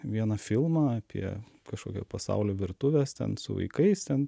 vieną filmą apie kažkokią pasaulio virtuvės ten su vaikais ten